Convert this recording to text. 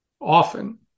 often